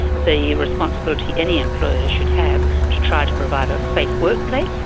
the responsibility any employer should have to try to provide a safe workplace.